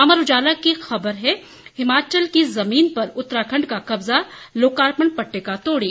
अमर उजाला ने खबर दी है हिमाचल की जमीन पर उतराखंड का कब्जा लोकार्पण पट्टिका तोड़ी